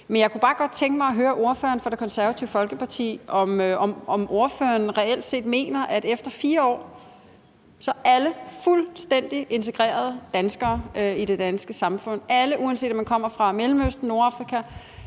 Jeg kunne bare godt tænke mig at høre ordføreren for Det Konservative Folkeparti, om ordføreren reelt set mener, at alle efter 4 år er fuldstændig integrerede danskere i det danske samfund – alle, uanset om man kommer fra Mellemøsten, Nordafrika